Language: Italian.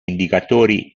indicatori